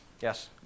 Yes